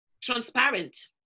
transparent